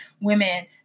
women